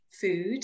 food